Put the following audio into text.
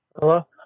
Hello